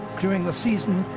during the season,